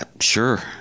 sure